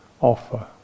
offer